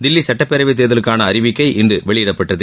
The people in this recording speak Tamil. தில்லி சட்டப்பேரவைத் தேர்தலுக்கான அறிவிக்கை இன்று வெளியிடப்பட்டது